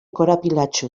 korapilatsu